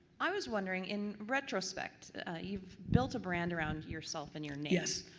i was wondering in retrospect you've built a brand around yourself and your name.